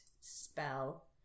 spell